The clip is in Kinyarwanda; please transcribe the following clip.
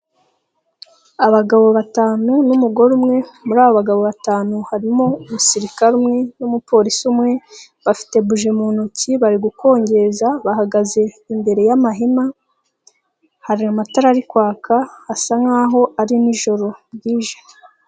Abagabo batanu n'umugore umwe, muri aba bagabo batanu harimo umusirikare umwe n'umupolisi umwe, bafite buji mu ntoki bari gukongeza, bahagaze imbere y'amahema, hari amatara ari kwaka asa nk'aho ari nijoro bwije.